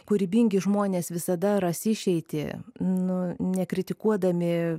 kūrybingi žmonės visada ras išeitį nu nekritikuodami